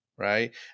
right